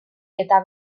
eta